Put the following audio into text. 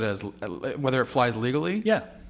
it as whether flies legally yeah